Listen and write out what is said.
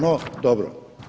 No, dobro.